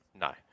No